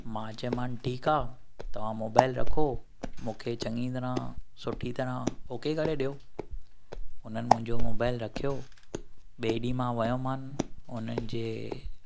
मां चयो मां ठीकु आहे तव्हां मोबाइल रखो मूंखे चंङी तरह सुठी तरह ओके करे ॾियो हुनन मुंहिंजो मोबाइल रखियो ॿिए ॾींहुं मां वियो मां उन्हनि जे